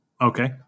Okay